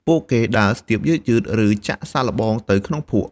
ពួកគេដើរស្ទាបយឺតៗ ឬចាក់សាកល្បងទៅក្នុងភក់។